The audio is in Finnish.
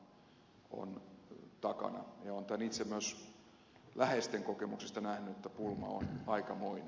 olen tämän itse myös läheisten kokemuksista nähnyt että pulma on aikamoinen